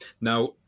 Now